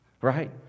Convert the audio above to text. right